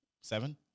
Seven